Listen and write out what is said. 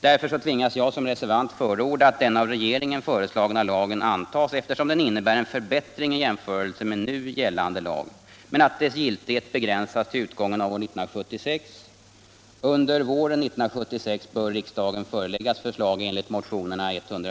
Därför tvingas jag som reservant förorda att den av regeringen föreslagna lagen antas eftersom den innebär förbättringar i jämförelse med nu gällande lag, men att dess giltighet Herr talman!